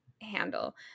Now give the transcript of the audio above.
handle